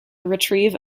retrieve